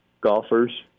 golfers